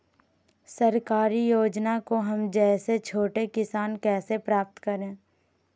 सरकारी योजना को हम जैसे छोटे किसान कैसे प्राप्त करें?